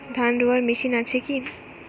ধান রোয়ার মেশিন আছে কি?